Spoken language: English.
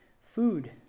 Food